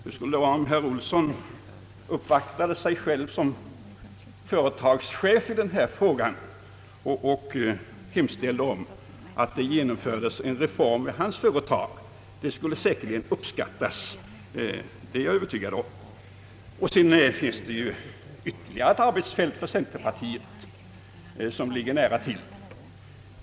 Hur skulle det vara om herr Olsson uppvaktade sig själv som företagschef i denna fråga och hemställde om att man genomförde en reform i hans företag? Jag är övertygad om att det skulle uppskattas. Det finns ytterligare eit arbetsfält som ligger nära till för centerpartiet.